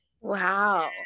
Wow